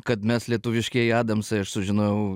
kad mes lietuviškieji adamsai aš sužinojau